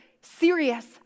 serious